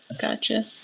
Gotcha